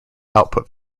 output